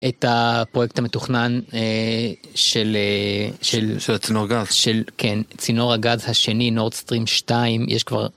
את הפרויקט המתוכנן של צינור הגז השני נורדסטרים 2 יש כבר.